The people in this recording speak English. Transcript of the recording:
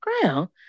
ground